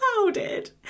clouded